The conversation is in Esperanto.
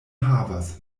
havas